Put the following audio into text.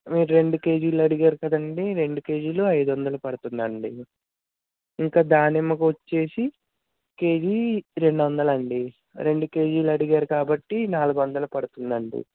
మీరు రెండు కేజీలు అడిగారు కదండీ రెండు కేజీలు ఐదు వందలు పడుతుందండీ ఇంక దానిమ్మకొచ్చేసి కేజీ రెండు వందలు అండి రెండు కేజీలు అడిగారు కాబట్టి నాలుగు వందలు పడుతుందండి